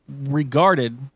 regarded